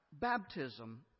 baptism